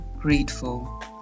grateful